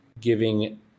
giving